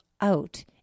out